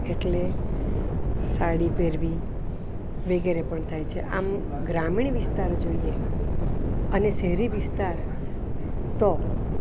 એટલે સાડી પહેરવી વગેરે પણ થાય છે આમ ગ્રામીણ વિસ્તાર જોઈએ અને શહેરી વિસ્તાર તો